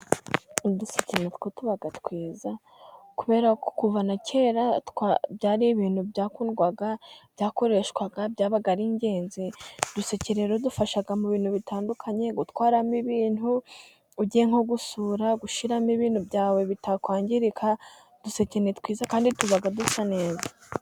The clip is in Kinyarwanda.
Uduseke na two tuba twiza, kubera ko kuva na kera byari ibintu byakundwaga, byakoreshwaga, byabaga ari ingenzi. Uduseke rero dufasha mu bintu bitandukanye, gutwaramo ibintu ugiye nko gusura, gushyiramo ibintu byawe bitakwangirika, uduseke ni twiza kandi tuba dusa neza.